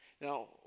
Now